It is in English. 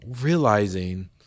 Realizing